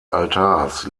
altars